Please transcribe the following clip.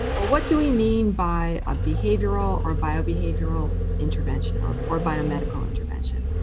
well, what do we mean by a behavioral or biobehavioral intervention or or biomedical intervention?